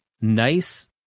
nice